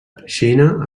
xina